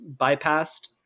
bypassed